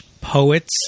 poets